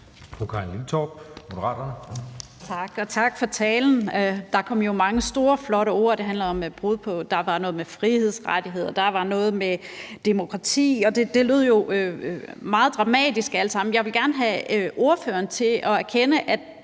tak for talen. Der kom jo mange store flotte ord, og der var noget med frihedsrettigheder, der var noget med demokrati, og det lød jo alt sammen meget dramatisk. Jeg vil gerne have ordføreren til at erkende, at